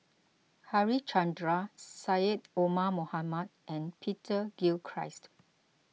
Harichandra Syed Omar Mohamed and Peter Gilchrist